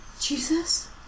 Jesus